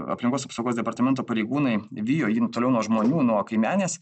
aplinkos apsaugos departamento pareigūnai vijo jį toliau nuo žmonių nuo kaimenės